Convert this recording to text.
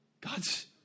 God's